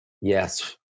yes